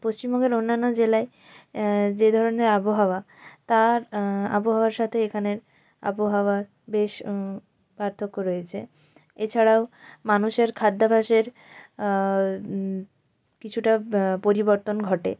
পশ্চিমবঙ্গের অন্যান্য জেলায় যে ধরনের আবহাওয়া তার আবহাওয়ার সাথে এখানের আবহাওয়ার বেশ পার্থক্য রয়েছে এছাড়াও মানুষের খাদ্যাভাসের কিছুটা পরিবর্তন ঘটে